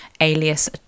alias